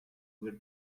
where